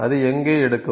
அது எங்கே எடுக்கும்